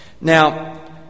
Now